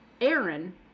Aaron